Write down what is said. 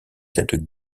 cette